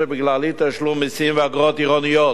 בגלל אי-תשלום מסים ואגרות עירוניות,